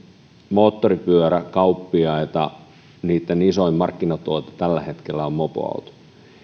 moottoripyöräkauppiaitten isoin markkinatuote tällä hetkellä on mopoauto